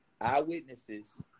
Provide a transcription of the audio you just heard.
eyewitnesses